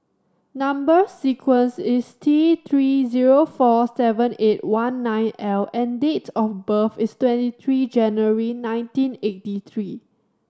number sequence is T Three zero four seven eight one nine L and date of birth is twenty three January nineteen eighty three